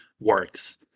works